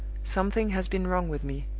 something has been wrong with me.